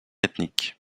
ethnique